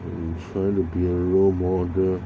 you trying to be a role model